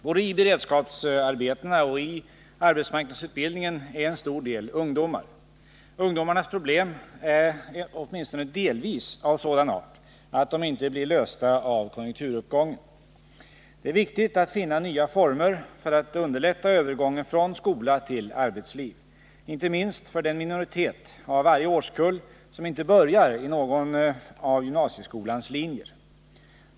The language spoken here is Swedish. Både i beredskapsarbetena och i arbetsmarknadsutbildningen är en stor del ungdomar. Ungdomarnas problem är åtminstone delvis av sådan art att deinte blir lösta av konjunkturuppgången. Det är viktigt att finna nya former för att underlätta övergången från skola till arbetsliv, inte minst för den minoritet av varje årskull som inte börjar i någon av gymnasieskolans linjer.